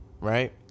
right